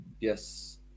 Yes